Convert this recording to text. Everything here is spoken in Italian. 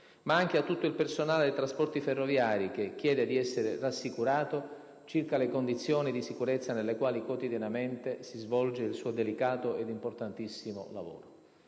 ma anche a tutto il personale dei trasporti ferroviari, che chiede di essere rassicurato circa le condizioni di sicurezza nelle quali quotidianamente si svolge il suo delicato e importantissimo lavoro.